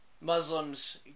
Muslims